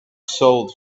sold